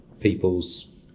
people's